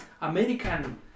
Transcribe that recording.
American